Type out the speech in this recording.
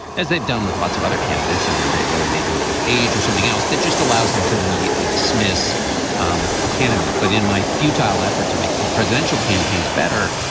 as they've done with lots of other candidates in their vote, whether they do it with age or something else that just allows them to immediately dismiss um a candidate. but in my futile effort to make the presidential campaigns better,